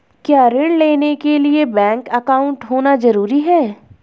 क्या ऋण लेने के लिए बैंक अकाउंट होना ज़रूरी है?